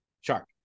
shark